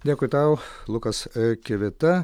dėkui tau lukas kivita